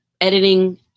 editing